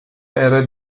era